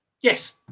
Yes